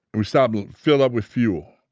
we stopped to fill up with fuel.